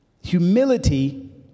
Humility